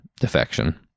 defection